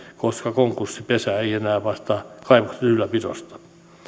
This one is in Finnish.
koska konkurssipesä ei enää vastaa kaivoksen ylläpidosta